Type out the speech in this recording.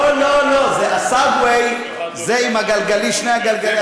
הסגווי זה עם שני הגלגלים.